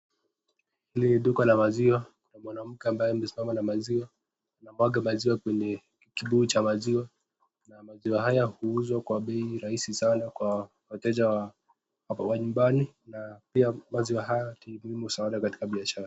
Hii ni duka la maziwa mwanamke ambaye amesimama na maziwa anamwaga kwenye kibuyu cha maziwa, na maziwa haya huzwa kwa bei rahisi sana, kwa wateja wako nyumbani pia maziwa haya ni muhimu sana katika biashara.